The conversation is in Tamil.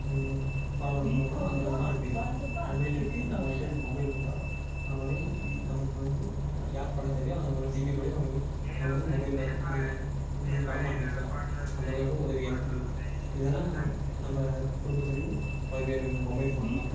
பணம் அனுப்பணும்னால் அந்தமாதிரி கூட அனுப்பிக்கலாம் மொபைலில் இருந்தே நம்மக்கிட்ட இருக்கற மொபைல் இருந்தால் நம்மளே நமக்கு வந்து யார் பணத்தேவையோ அவங்களுக்கு ஜிபே வழியாக அவங்களுக்கு நம்ம வந்து மொபைல் வந் இது பணமாக அனுப்பிக்கலாம் அந்தமாதிரி கூட உதவியாக இருக்குது இதெல்லாம் நம்ம குடும்பத்துக்கு உதவியாக இருக்குது இந்த மொபைல் ஃபோன்லாம்